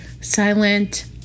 silent